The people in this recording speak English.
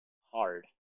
hard